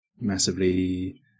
massively